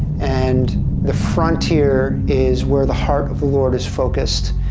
and the frontier is where the heart of the lord is focused,